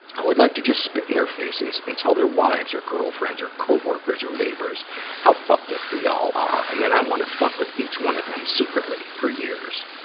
i would like to just spit in their faces and tell their wives or girlfriends or co-workers or neighbors how fucked up they all are, and then i wanna fuck with each of them secretly for years.